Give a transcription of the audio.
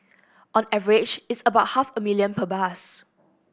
on average it's about half a million per bus